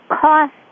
cost